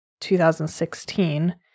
2016